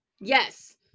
Yes